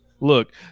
Look